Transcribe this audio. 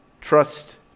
Trust